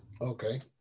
okay